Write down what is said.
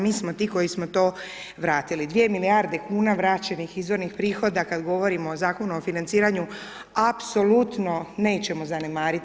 Mi smo ti koji smo to vratili, 2 milijarde kuna vraćenih izvornih prihoda kada govorimo o Zakonu o financiranju apsolutno nećemo zanemariti.